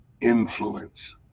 influence